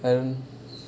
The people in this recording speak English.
and